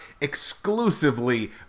exclusively